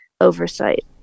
oversight